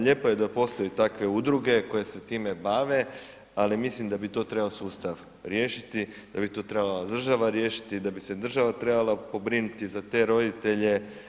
Lijepo je da postoje takve udruge koje se time bave, ali mislim da bi to trebao sustav riješiti, da bi to trebala država riješiti, da bi se država trebala pobrinuti za te roditelje.